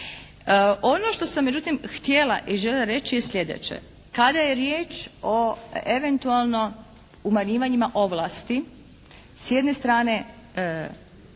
Ono što sam međutim htjela i željela reći je slijedeće. Kada je riječ o eventualno umanjivanjima ovlasti s jedne strane